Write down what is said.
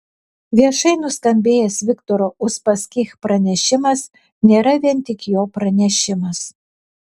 viešai nuskambėjęs viktoro uspaskich pranešimas nėra vien tik jo pranešimas